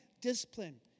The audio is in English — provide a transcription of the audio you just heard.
discipline